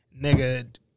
nigga